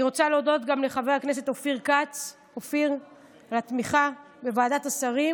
אני רוצה להודות גם לחבר הכנסת אופיר כץ על התמיכה בוועדת השרים,